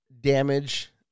damage